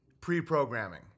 pre-programming